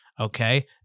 Okay